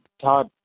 Todd